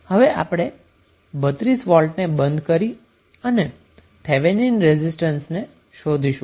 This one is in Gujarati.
હવે આપણે 32 વોલ્ટને બંધ કરી અને થેવેનિન રેઝિસ્ટન્સ શોધીશું